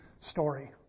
story